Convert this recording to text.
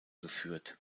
geführt